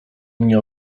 mnie